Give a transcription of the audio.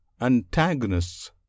antagonists